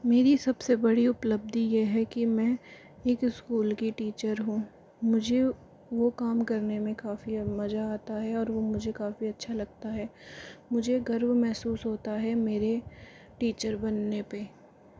मेरी सबसे बड़ी उपलब्धि यह है कि मैं एक स्कूल की टीचर हूँ मुझे वह काम करने में काफ़ी मज़ा आता है और वह मुझे काफ़ी अच्छा लगता है मुझे गर्व महसूस होता है मेरे टीचर बनने पर